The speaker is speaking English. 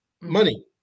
money